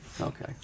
Okay